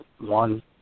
one